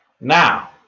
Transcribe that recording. Now